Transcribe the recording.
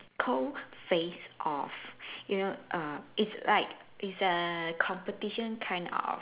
called face off you know err it's like it's a competition kind of